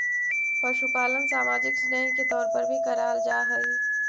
पशुपालन सामाजिक स्नेह के तौर पर भी कराल जा हई